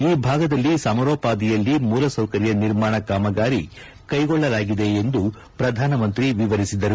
ಈ ಭಾಗದಲ್ಲಿ ಸಮಾರೋಪಾದಿಯಲ್ಲಿ ಮೂಲಸೌಕರ್ಯ ನಿರ್ಮಾಣ ಕಾಮಗಾರಿ ಕೈಗೊಳ್ಳಲಾಗಿದೆ ಎಂದು ಪ್ರಧಾನಮಂತ್ರಿ ವಿವರಿಸಿದರು